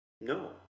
No